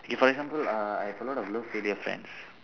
K for example uh I have a lot of love failure friends